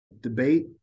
debate